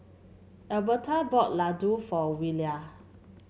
Albertha bought Ladoo for Willia